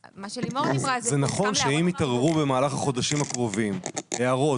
זה נכון שאם יתעוררו במהלך החודשים הקרובים הערות